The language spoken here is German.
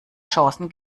chancen